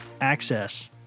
access